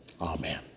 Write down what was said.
Amen